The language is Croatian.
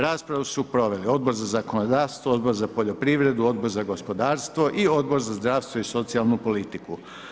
Raspravu su proveli Odbor za zakonodavstvo, Odbor za poljoprivredu, Odbor za gospodarstvo i Odbor za zdravstvo i socijalnu politiku.